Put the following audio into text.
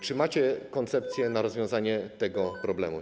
Czy macie koncepcję rozwiązania tego problemu?